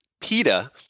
PETA